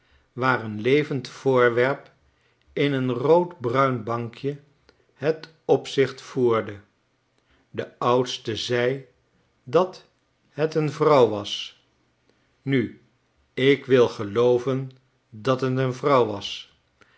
waar een levend voorwerp in een roodbruin bankje het opzicht voerde de oudste zei dat het een vrouw was nu ik wil gelooven dathet een vrouw was